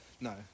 No